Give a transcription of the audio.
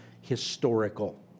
historical